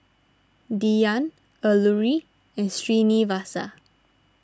Dhyan Alluri and Srinivasa